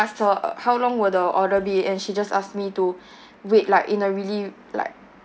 asked her uh how long will the order be and she just asked me to wait like in a really like